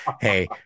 hey